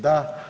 Da.